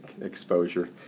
exposure